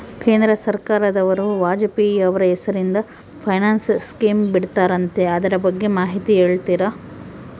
ಕೇಂದ್ರ ಸರ್ಕಾರದವರು ವಾಜಪೇಯಿ ಅವರ ಹೆಸರಿಂದ ಪೆನ್ಶನ್ ಸ್ಕೇಮ್ ಬಿಟ್ಟಾರಂತೆ ಅದರ ಬಗ್ಗೆ ಮಾಹಿತಿ ಹೇಳ್ತೇರಾ?